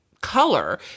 color